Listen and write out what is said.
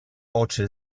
oczy